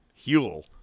Huel